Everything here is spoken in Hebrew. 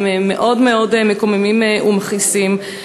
מאוד מאוד מקוממים ומכעיסים,